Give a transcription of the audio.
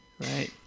Right